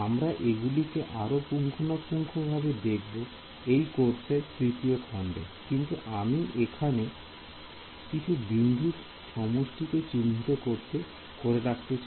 আমরা এগুলিকে আরো পুঙ্খানুপুঙ্খ ভাবে দেখব এই কোর্সের তৃতীয় খন্ড কিন্তু আমি এখানে কিছু বিন্দুর সমষ্টি কে চিহ্নিত করে রাখতে চাই